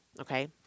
Okay